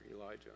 Elijah